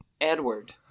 Edward